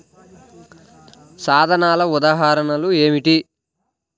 సాధనాల ఉదాహరణలు ఏమిటీ?